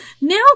Now